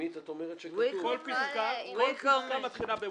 אומרת שכתוב "we commit" בהתחלת כל --- זו